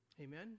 Amen